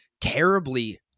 terribly